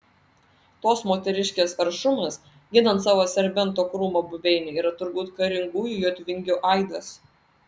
tos moteriškės aršumas ginant savo serbento krūmo buveinę yra turbūt karingųjų jotvingių aidas